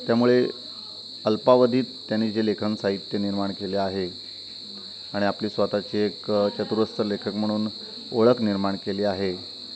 त्यामुळे अल्पावधीत त्यांनी जे लेखनसाहित्य निर्माण केले आहे आणि आपली स्वतःची एक चतुरस्र लेखक म्हणून ओळख निर्माण केली आहे